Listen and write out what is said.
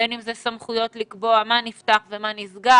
בין אם אלה סמכויות לקבוע מה נפתח ומה נסגר,